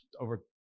over